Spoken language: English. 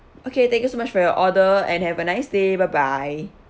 okay thank you so much for your order and have a nice day bye bye